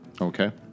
Okay